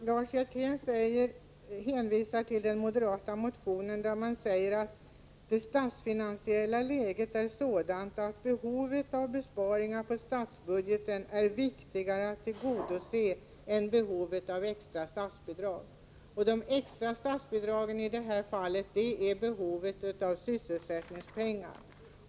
Herr talman! Lars Hjertén hänvisar till den moderata reservationen, där man säger: ”Det statsfinansiella läget är sådant att behovet av besparingar på statsbudgeten är viktigare att tillgodose än behovet av extra statsbidrag.” Det extra statsbidraget gäller i det här fallet behovet av sysselsättningspengar.